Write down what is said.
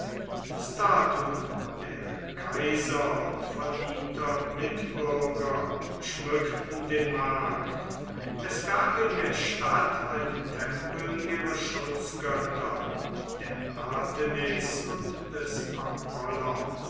statuen der kaiser und verdienter mitbürger schmückten den markt es gab in der stadt einen tempel ihrer schutzgötter der artetuis und des